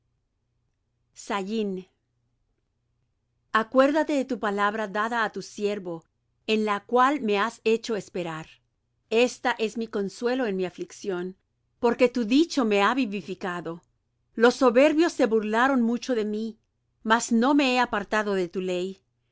estatutos acuérdate de la palabra dada á tu siervo en la cual me has hecho esperar esta es mi consuelo en mi aflicción porque tu dicho me ha vivificado los soberbios se burlaron mucho de mí mas no me he apartado de tu ley